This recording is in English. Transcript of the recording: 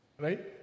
right